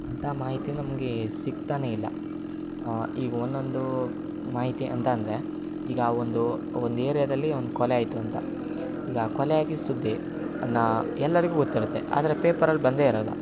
ಅಂತ ಮಾಹಿತಿ ನಮಗೆ ಸಿಗ್ತನೆ ಇಲ್ಲ ಈಗ ಒಂದೊಂದು ಮಾಹಿತಿ ಅಂತ ಅಂದರೆ ಈಗ ಆ ಒಂದು ಒಂದು ಏರಿಯಾದಲ್ಲಿ ಒಂದು ಕೊಲೆ ಆಯಿತು ಅಂತ ಈಗ ಆ ಕೊಲೆೆಯಾಗಿದ್ದ ಸುದ್ದಿ ಅದನ್ನ ಎಲ್ಲರಿಗು ಗೊತ್ತಿರುತ್ತೆ ಆದರೆ ಪೇಪರಲ್ಲಿ ಬಂದೇ ಇರೊಲ್ಲ